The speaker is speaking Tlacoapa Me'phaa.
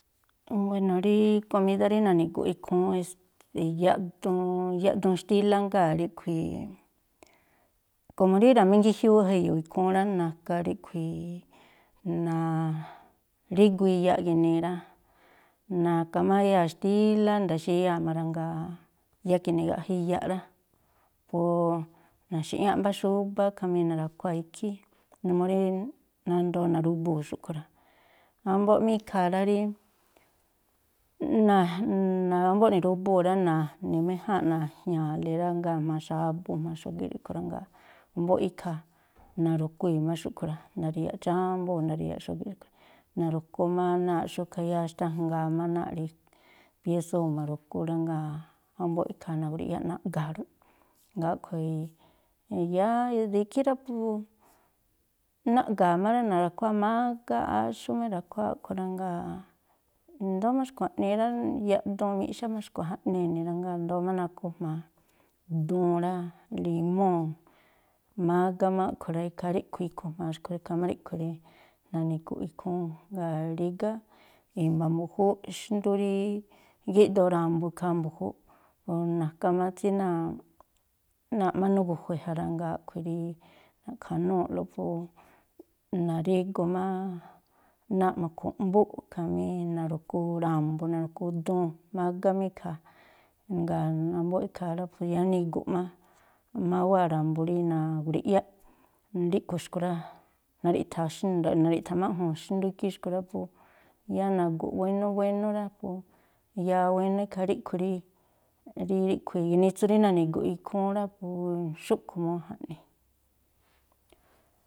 Buéno̱, rí komídá rí nani̱gu̱ꞌ ikhúún, e̱ste̱, yaꞌduun, yaꞌduun xtílá, jngáa̱ ríꞌkhui̱, komo rí ra̱míngíjiúúꞌ ja e̱yo̱o̱ ikhúún rá, naka ríꞌkhui̱, na̱rígu iyaꞌ gi̱nii rá, naka má áyáa̱ xtílá nda̱xíyáa̱ má rá, jngáa̱ yáá ke nigaꞌjá iyaꞌ rá, po na̱xi̱ꞌñáꞌ mbá xúbá khamí na̱ra̱khuáa̱ ikhí, numuu rí nandoo na̱rubuu̱ xúꞌkhui̱ rá. Wámbóꞌ má ikhaa rá rí, wámbóꞌ ni̱rubuu̱ rá na̱ni̱méjáa̱nꞌ na̱jña̱a̱le rá, jngáa̱ jma̱a xábú jma̱ xógíꞌ ríꞌkhui̱ rá. Jngáa̱ wámbó ikhaa, na̱ru̱kuii̱ má xúꞌkhui̱ rá, nda̱ríyáꞌ chámbóo̱ nda̱ríyá xógíꞌ ríꞌkhui̱, na̱ru̱ku má náa̱ꞌ xú khayáá xtájngaa má náa̱ rí piésóo̱ ma̱ru̱ku rá, jngáa̱ wámbó ikhaa na̱grui̱ꞌyá naꞌga̱a̱ rúꞌ. Jngáa̱ a̱ꞌkhui̱ yáá de ikhí rá po naꞌga̱a̱ má rá, na̱ra̱khuáá mágá, axú má i̱ra̱khuáá a̱ꞌkhui̱ rá, jngáa̱ i̱ndóó má xkua̱ꞌnii rá, yaꞌduun miꞌxá má xkui̱ jaꞌnii e̱ni̱ rá, jngáa̱ i̱ndóó má nakhu jma̱a duun rá, limúu̱, mágá má a̱ꞌkhui̱ rá. Ikhaa ríꞌkhui̱ ikhu jma̱a xúꞌkhui̱ rá. Ikhaa má ríꞌkhui̱ rí nani̱gu̱ꞌ ikhúún. Jngáa rígá i̱mba̱ mbu̱júúꞌ xndú rí gíꞌdoo ra̱mbu̱ ikhaa mbu̱júúꞌ, o̱ naka má átsí náa̱ náa̱ꞌ má nugu̱jue̱ ja rá, jngáa̱ a̱ꞌkhui̱ rí naꞌkhanúu̱lo po na̱rígu má náa̱ꞌ ma̱khu̱ꞌmbúꞌ khamí na̱ru̱ku ra̱mbu̱, na̱ru̱ku duun, mágá má ikhaa jngáa̱ wámbó ikhaa rá po yáá nigu̱ꞌ má, má wáa̱ ra̱mbu̱ rí na̱grui̱ꞌyá ríꞌkhui̱ xkui̱ rá, na̱ri̱ꞌtha̱ na̱ri̱ꞌtha̱máꞌju̱u̱n xndú ikhí xkui̱ rá, po yáá nagu̱ꞌ wénú wénú rá, po yáá wénú, ikhaa ríꞌkhui̱ rí, rí ríꞌkhui̱ ginitsu rí nani̱gu̱ꞌ ikhúún rá. Po xúꞌkhui̱ múú jaꞌnii.